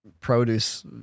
produce